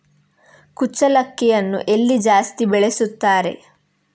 ಕುಚ್ಚಲಕ್ಕಿಯನ್ನು ಎಲ್ಲಿ ಜಾಸ್ತಿ ಬೆಳೆಸುತ್ತಾರೆ?